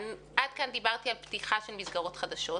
עד כאן דיברתי על פתיחה של מסגרות חדשות,